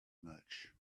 much